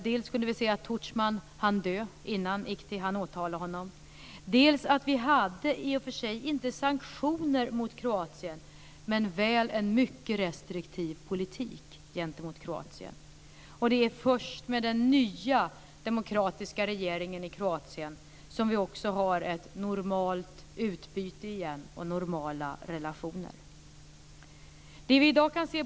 Dels hann Tudjman dö innan ICTY kunde åtala honom, dels hade vi, om inte sanktioner så väl en mycket restriktiv politik gentemot Kroatien. Det är först med den nya, demokratiska regeringen i Kroatien som vi har ett normalt utbyte och normala relationer.